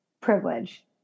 privilege